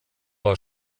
war